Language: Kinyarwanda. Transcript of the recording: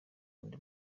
andi